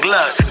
Look